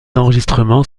enregistrements